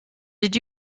did